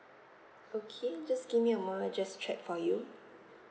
okay just give me a moment I'll just check for you